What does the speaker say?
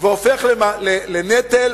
והופך לנטל,